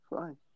Fine